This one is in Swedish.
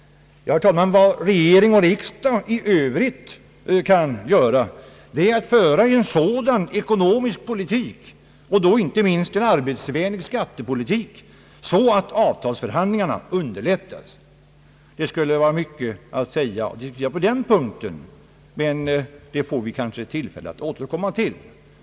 Herr talman! Vad regering och riksdag i övrigt kan göra är att föra en sådan ekonomisk politik, och då inte minst en arbetsvänlig skattepolitik, att avtalsförhandlingarna underlättas. Det skulle vara mycket ytterligare att säga på den punkten, men det får vi kanske tillfälle att återkomma till.